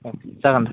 जागोन